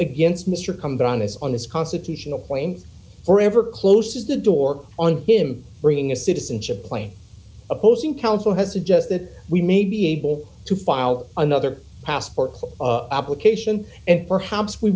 against mr combat on his on his constitutional point for ever closer is the door on him bringing a citizenship plane opposing counsel has suggested we may be able to file another passport application and perhaps we